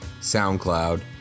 SoundCloud